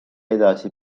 edasi